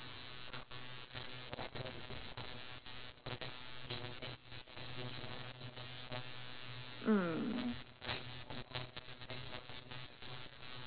mm